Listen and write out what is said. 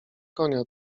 konia